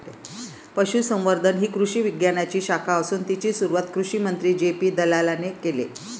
पशुसंवर्धन ही कृषी विज्ञानाची शाखा असून तिची सुरुवात कृषिमंत्री जे.पी दलालाने केले